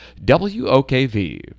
WOKV